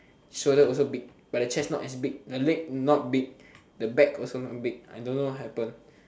shoulder also big but the chest not as big the leg not big the back also not big I don't know what happen